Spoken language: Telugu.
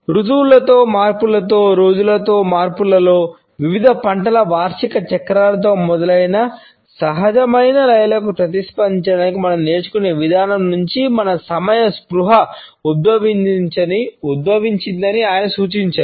ఋతువులలో మార్పులతో రోజులలో మార్పులతో వివిధ పంటల వార్షిక చక్రాలతో మొదలైన సహజమైన లయలకు ప్రతిస్పందించడానికి మనం నేర్చుకునే విధానం నుండి మన సమయ స్పృహ ఉద్భవించిందని ఆయన సూచిస్తున్నారు